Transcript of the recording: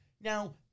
Now